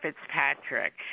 Fitzpatrick